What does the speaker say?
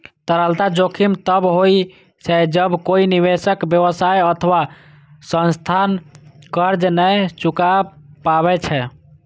तरलता जोखिम तब होइ छै, जब कोइ निवेशक, व्यवसाय अथवा संस्थान कर्ज नै चुका पाबै छै